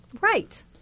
Right